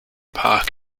park